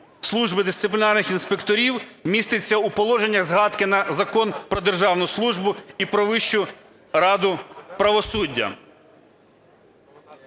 служби дисциплінарних інспекторів, містяться у положеннях згадки на Закон "Про державну службу" і "Про Вищу раду правосуддя".